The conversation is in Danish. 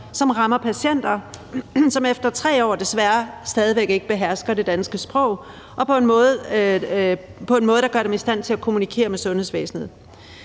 som rammer patienter, som efter 3 år desværre stadig væk ikke behersker det danske sprog på en måde, der gør dem i stand til at kommunikere med sundhedsvæsenet.